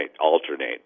alternate